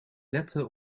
letten